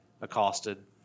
accosted